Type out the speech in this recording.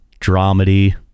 dramedy